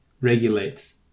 regulates